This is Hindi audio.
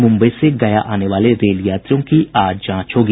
मुम्बई से गया आने वाले रेल यात्रियों की आज जांच होगी